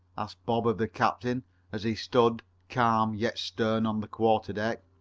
asked bob of the captain as he stood, calm, yet stern, on the quarter-deck.